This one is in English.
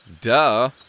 Duh